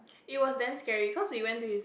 it was damn scary cause we went to his